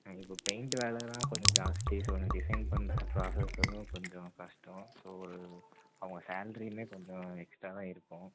இப்போ பெய்ண்ட்டு வேலைலா கொஞ்சம் ஜாஸ்த்தி ஸோ இந்த டிசைன் பண்ணுற ப்ராசஸ் வந்து கொஞ்சம் கஷ்டம் ஸோ ஒரு அவங்க சேல்ரியுமே கொஞ்சம் எக்ஸ்ட்டா தான் இருக்கும்